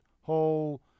whole